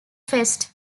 fest